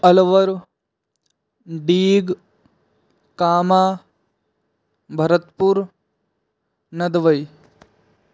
Alwar Deeg Kama Bharatpur Nadbai